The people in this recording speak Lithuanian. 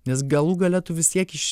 nes galų gale tu vis tiek iš